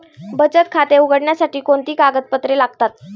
बचत खाते उघडण्यासाठी कोणती कागदपत्रे लागतात?